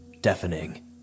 deafening